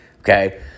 okay